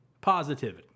Positivity